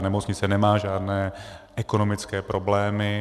Nemocnice nemá žádné ekonomické problémy.